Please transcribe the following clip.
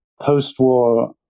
post-war